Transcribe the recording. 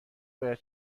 باید